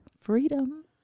freedom